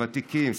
ותיקים,